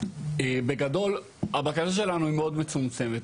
הבקשה שלנו מאוד מצומצמת.